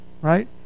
right